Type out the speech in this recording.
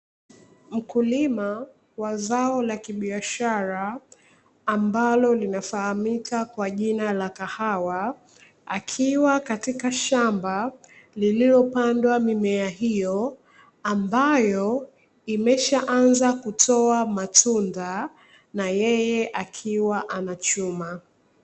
Mkulima wa zao la kibiashara linafahamika kwa jina la kahawa akiwa katika shamba lililopandwa mimea hiyo, ambayo imeshaanza kutoa matunda na yeye akiwa anachuma.